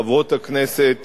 חברות הכנסת